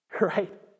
right